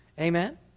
Amen